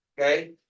okay